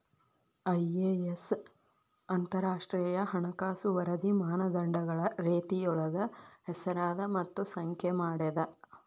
IAS ಅಂತರಾಷ್ಟ್ರೇಯ ಹಣಕಾಸು ವರದಿ ಮಾನದಂಡಗಳ ರೇತಿಯೊಳಗ ಹೆಸರದ ಮತ್ತ ಸಂಖ್ಯೆ ಮಾಡೇದ